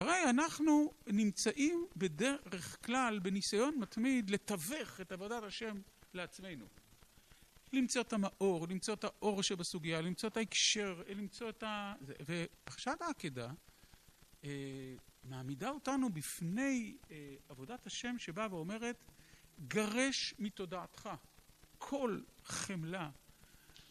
הרי אנחנו נמצאים בדרך כלל בניסיון מתמיד לתווך את עבודת השם לעצמנו. למצוא את המאור, למצוא את האור שבסוגיה, למצוא את ההקשר, למצוא את ה... ועכשיו העקדה, מעמידה אותנו בפני עבודת השם שבאה ואומרת גרש מתודעתך כל חמלה